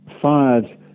fired